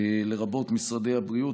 לרבות משרדי הבריאות,